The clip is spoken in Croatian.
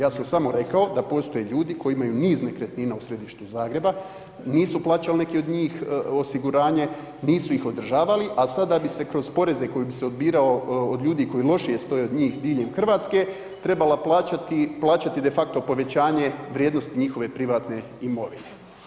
Ja sam samo rekao da postoje ljudi koji imaju niz nekretnina u središtu Zagreba, nisu plaćali neki od njih osiguranje, nisu ih održavali, a sad, da bi se kroz poreze koji bi se odbirao od ljudi koji lošije stoje od njih diljem Hrvatske, trebala plaćati de facto povećanje vrijednosti njihove privatne imovine.